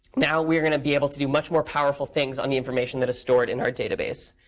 now we're going to be able to do much more powerful things on the information that is stored in our database.